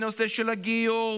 בנושא של הגיור,